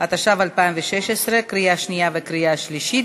התשע"ו 2016, קריאה שנייה וקריאה שלישית.